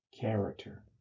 character